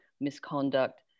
misconduct